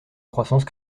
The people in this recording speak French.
croissance